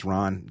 Ron